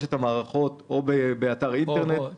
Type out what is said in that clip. את המערכות או באתר האינטרנט או מיבואן או יצרן.